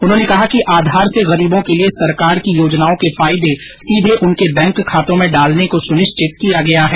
उन्होंने कहा कि आधार से गरीबों के लिए सरकार की योजनाओं के फायदे सीधे उनके बैंक खातों में डालने को सुनिश्चित किया गया है